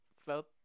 felt